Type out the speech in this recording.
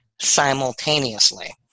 simultaneously